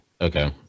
okay